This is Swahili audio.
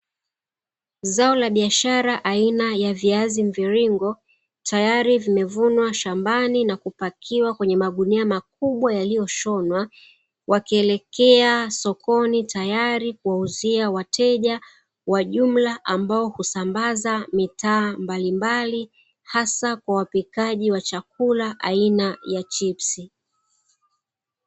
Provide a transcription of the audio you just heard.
Zao la biashara aina ya viazi mviringo tayari vimevunwa shambani na kupakiwa kwenye magunia makubwa yaliyoshonwa, wakielekea sokoni tayari kuwauzia wateja wa jumla ambao husambaza mitaa mbalimbali hasa kwa wapikaji wa chakula aina ya chipsi.